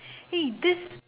eh this